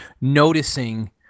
noticing